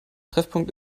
treffpunkt